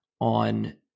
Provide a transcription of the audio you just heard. on